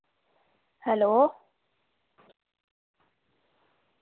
hello